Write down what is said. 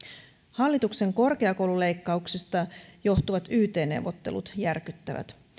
hallituksen korkeakoululeikkauksista johtuvat yt neuvottelut järkyttävät